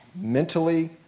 mentally